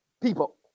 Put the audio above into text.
people